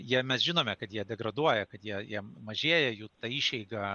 jie mes žinome kad jie degraduoja kad jie jiem mažėja jų išeiga